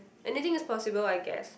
anything is possible I guess